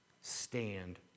stand